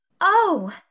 Oh